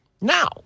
Now